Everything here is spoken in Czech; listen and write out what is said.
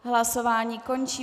Hlasování končím.